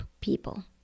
people